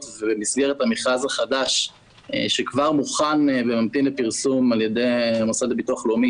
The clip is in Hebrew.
ובמסגרת המכרז החדש שכבר מוכן וממתין לפרסום על ידי המוסד לביטוח לאומי,